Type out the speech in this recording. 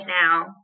now